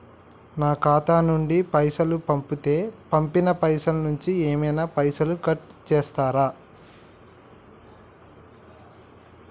నా ఖాతా నుండి పైసలు పంపుతే పంపిన పైసల నుంచి ఏమైనా పైసలు కట్ చేత్తరా?